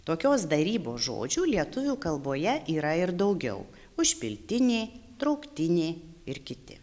tokios darybos žodžių lietuvių kalboje yra ir daugiau užpiltinė trauktinė ir kiti